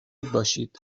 باشید